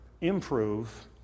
improve